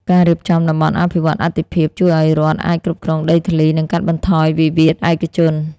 ការរៀបចំ "តំបន់អភិវឌ្ឍន៍អាទិភាព" ជួយឱ្យរដ្ឋអាចគ្រប់គ្រងដីធ្លី និងកាត់បន្ថយវិវាទឯកជន។